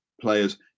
players